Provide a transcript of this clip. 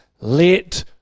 Let